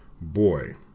boy